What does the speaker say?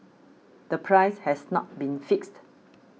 the price has not been fixed